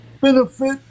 benefit